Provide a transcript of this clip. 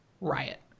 Riot